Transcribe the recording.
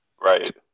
Right